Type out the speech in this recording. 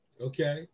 Okay